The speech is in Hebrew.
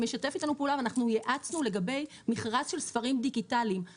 שמשתף איתנו פעולה ואנחנו ייעצנו לגבי מכרז של ספרים דיגיטליים.